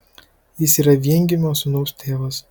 jis yra viengimio sūnaus tėvas